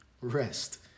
rest